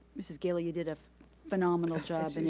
mrs. galey, you did a phenomenal job. and